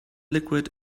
liquid